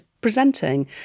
presenting